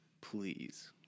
please